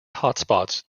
hotspots